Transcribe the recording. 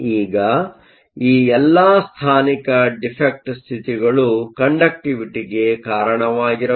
ಈಗ ಈ ಎಲ್ಲಾ ಸ್ಥಾನಿಕ ಡಿಫೆಕ್ಟ್ ಸ್ಥಿತಿಗಳು ಕಂಡಕ್ಟಿವಿಟಿಗೆ ಕಾರಣವಾಗಿರಬಹುದು